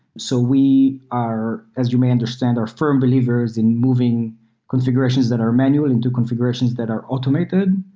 so we are, as you may understand, are firm believers in moving configurations that are manual into configurations that are automated.